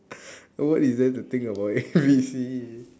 what is there to think about A B C